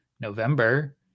November